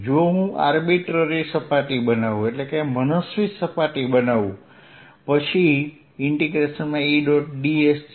જો હું મનસ્વી સપાટી બનાવું પછી E